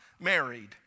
married